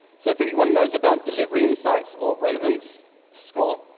so if anyone knows about delivery insights or relevance score,